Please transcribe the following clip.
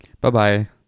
Bye-bye